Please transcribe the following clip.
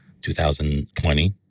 2020